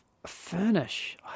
Furnish